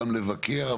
גם לבקר,